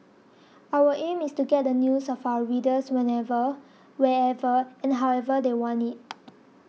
our aim is to get the news of our readers whenever wherever and however they want it